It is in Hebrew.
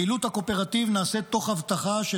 פעילות הקואופרטיב נעשית תוך הבטחה של